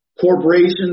corporations